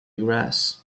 grass